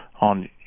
on